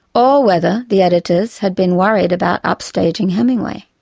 or whether the editors had been worried about upstaging hemingway.